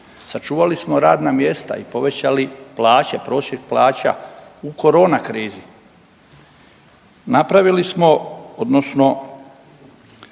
Sačuvali smo radna mjesta i povećali plaće, prosjek plaća u korona krizi. Napravili smo odnosno